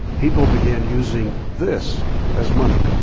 people began using this as money?